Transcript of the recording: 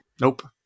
Nope